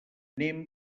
anem